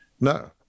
No